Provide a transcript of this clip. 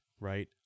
right